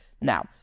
Now